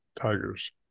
tigers